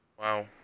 Wow